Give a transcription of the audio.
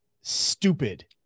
stupid